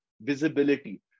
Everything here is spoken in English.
visibility